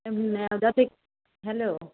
হুম নেওদাতে হ্যালো